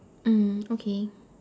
mm okay